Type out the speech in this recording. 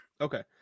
Okay